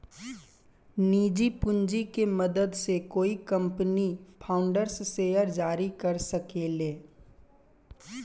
निजी पूंजी के मदद से कोई कंपनी फाउंडर्स शेयर जारी कर सके ले